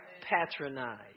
Patronize